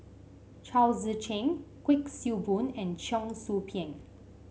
Chao Tzee Cheng Kuik Swee Boon and Cheong Soo Pieng